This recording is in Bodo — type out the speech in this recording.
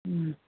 उम